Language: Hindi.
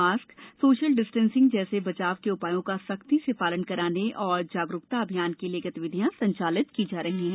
मास्क सोशल डिस्टेंसिंग जैसे बचाव के उपायों का सख्ती से पालन कराने और जागरूकता अभियान के लिए गतिविधियाँ संचालित की जा रही हैं